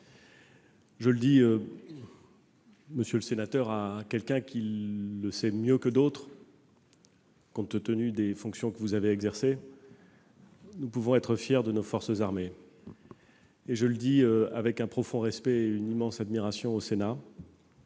Je le dis, monsieur le sénateur, à quelqu'un qui le sait mieux que d'autres, compte tenu des fonctions que vous avez exercées : nous pouvons être fiers de nos forces armées. Je le dis au Sénat, avec un profond respect et une immense admiration, alors